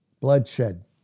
bloodshed